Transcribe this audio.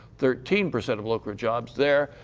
thirteen percent of local jobs there.